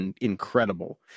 incredible